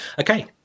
okay